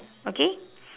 okay